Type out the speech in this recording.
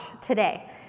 today